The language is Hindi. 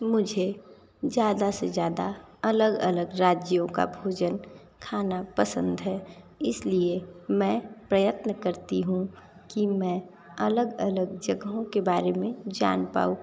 मुझे ज़्यादा से ज़्यादा अलग अलग राज्यों का भोजन खाना पसंद है इसलिए मैं प्रयत्न करती हूँ कि मैं अलग अलग जगहों के बारे में जान पाऊं